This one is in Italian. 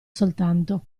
soltanto